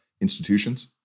institutions